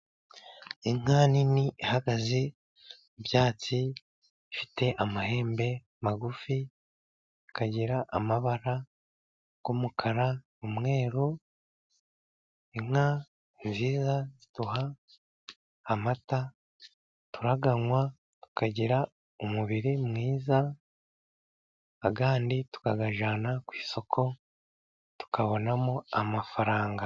Inka nini ihagaze mu byatsi, ifite amahembe magufi, ikagira amabara y'umukara n'umweru. Inka nziza ziduha amata turayanywa tukagira umubiri mwiza, ayandi tukayajyana ku isoko, tukabonamo amafaranga.